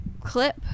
clip